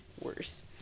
worse